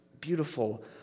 beautiful